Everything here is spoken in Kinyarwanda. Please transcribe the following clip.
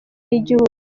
y’igihugu